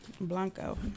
blanco